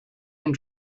and